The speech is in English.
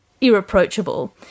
irreproachable